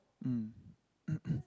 mm